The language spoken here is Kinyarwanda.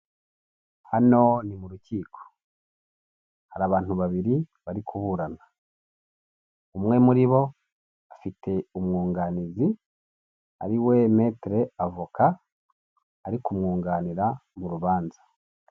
Hano ni mu rukiko hari abantu babiri bari kuburana umwe muri bo afite umwunganizi, ari we metere avoka ari kumwunganira mu rubanza.